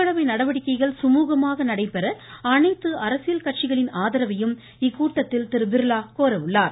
மக்களவை நடவடிக்கைகள் சுமூகமாக நடைபெற அனைத்து அரசியல் கட்சிகளின் ஆதரவையும் இக்கூட்டத்தில் திரு பிர்லா கோரஉள்ளார்